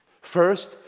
First